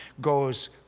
goes